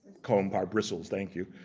comb hard bristles, thank you.